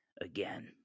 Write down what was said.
again